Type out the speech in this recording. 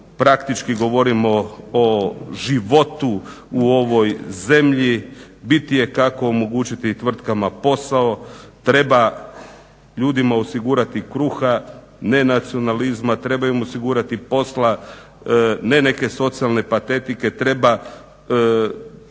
Hvala i vama.